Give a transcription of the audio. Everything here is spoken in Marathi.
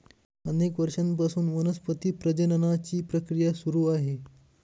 अनेक वर्षांपासून वनस्पती प्रजननाची प्रक्रिया सुरू आहे